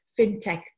fintech